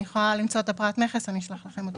אני יכולה למצוא את פרט המכס ולשלוח לכם.